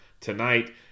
tonight